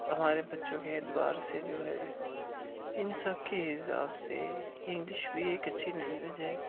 ہمارے بچوں کے اعتبار سے جو ہے ان سب کے حساب سے انگلش بھی ایک اچھی لینگویج ہے